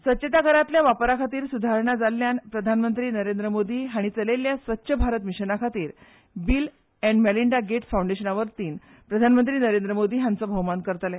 स्वच्छता घरांतल्या वापरा खातीर सुदारणा जाल्ल्यान प्रधानमंत्री नरेंद्र मोदी हांणी चलयिल्ल्या स्वच्छ भारत मिशना खातीर बील एण्ड मोलींडा गेट्स फावंडेशना वतीन प्रधानमंत्री नरेंद्र मोदी हांचो भोवमान करतले